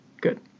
Good